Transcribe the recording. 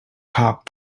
cop